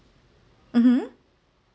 mmhmm